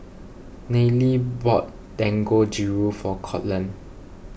Nayely bought Dangojiru for Courtland